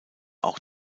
auch